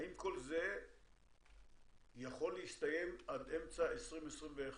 האם כל זה יכול להסתיים עד אמצע 2021?